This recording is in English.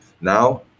Now